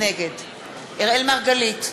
נגד אראל מרגלית,